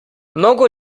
mnogo